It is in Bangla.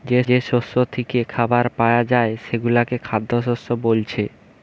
যেই শস্য থিকে খাবার পায়া যায় সেগুলো খাদ্যশস্য বোলছে